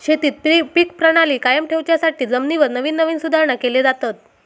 शेतीत पीक प्रणाली कायम ठेवच्यासाठी जमिनीवर नवीन नवीन सुधारणा केले जातत